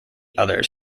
others